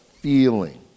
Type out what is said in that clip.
feeling